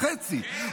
כן.